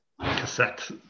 Cassette